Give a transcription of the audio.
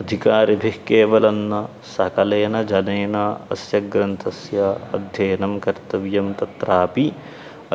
अधिकारिभिः केवलं न सकलेन जनेन अस्य ग्रन्थस्य अध्ययनं कर्तव्यं तत्रापि